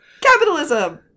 Capitalism